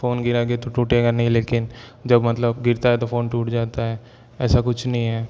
phone गिरा दिया तो टूटेगा नहीं लेकिन जब मतलब गिरता है तो फ़ोन टूट जाता है ऐसा कुछ नहीं है